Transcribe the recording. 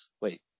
wait